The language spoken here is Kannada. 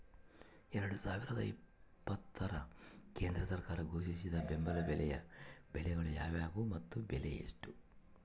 ಎರಡು ಸಾವಿರದ ಇಪ್ಪತ್ತರ ಕೇಂದ್ರ ಸರ್ಕಾರ ಘೋಷಿಸಿದ ಬೆಂಬಲ ಬೆಲೆಯ ಬೆಳೆಗಳು ಯಾವುವು ಮತ್ತು ಬೆಲೆ ಎಷ್ಟು?